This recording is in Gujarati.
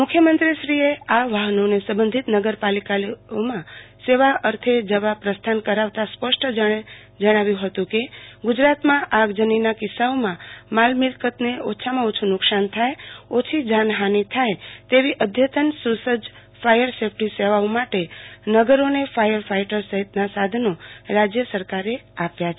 મુખ્યમત્રીશ્રીએ આ વાહનોને સંબંધિત નગરપાલિકાઓમાં સેવા અર્થે જવા પ્રસ્થાન કરાવતાં રપ ષ્ટપણે જણાવ્યું હત કે ગુજરાતમાં આગજનીના કિરસાઓં માલ મિલ્કતને ઓછામાં ઓઈ્ નુકશાન અ ને ઓછી જાનહાની થાય તેવી અધતન સુસજજ ફાયર સેફટી સેવાઓ માટે નગરોને ફાયર ફાઈટર્સ સહિ તના સાધનો રાજય સરકારે આપ્યા છે